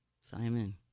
Simon